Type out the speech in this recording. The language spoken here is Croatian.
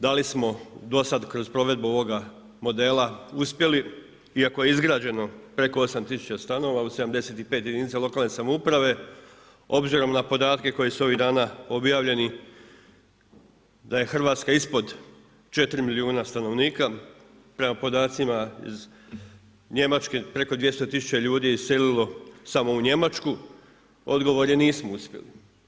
Da li smo do sad kroz provedbu ovoga modela uspjeli iako je izgrađeno preko 8 tisuća stanova u 75 jedinica lokalne samouprave obzirom na podatke koji su ovih dana objavljeni da je Hrvatska ispod 4 milijuna stanovnika, prema podacima iz Njemačke preko 200 tisuća ljudi je iselilo samo u Njemačku, odgovor je nismo uspjeli.